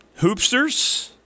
hoopsters